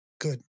good